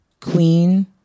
Queen